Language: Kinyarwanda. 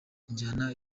injyana